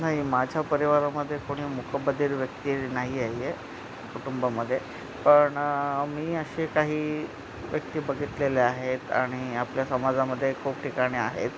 नाही माझ्या परिवारामध्ये कोणी मुकबधिर व्यक्ती नाही आहे कुटुंबामध्येपण मी असे काही व्यक्ती बघितलेले आहेत आणि आपल्या समाजामध्ये खूप ठिकाणी आहेत